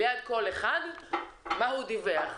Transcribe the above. ליד כל אחד מה הוא דיווח,